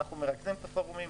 אנחנו מרכזים את הפורומים,